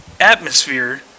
atmosphere